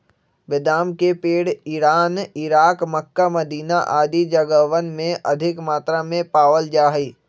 बेदाम के पेड़ इरान, इराक, मक्का, मदीना आदि जगहवन में अधिक मात्रा में पावल जा हई